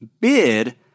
bid